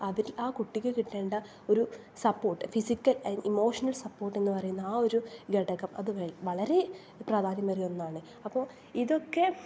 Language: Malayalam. അതിൽ ആ കുട്ടിക്ക് കിട്ടേണ്ട ഒരു support physical and emotional support പറയുന്ന ആ ഒരു ഘടകം അത് വേണം വളരെ പ്രധാനമേറിയ ഒന്നാണ് അപ്പോൾ ഇതൊക്കെ